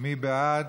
מי בעד?